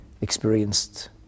experienced